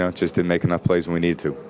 ah just didn't make enough plays when we needed to.